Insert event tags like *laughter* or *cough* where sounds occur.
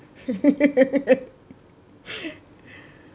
*laughs*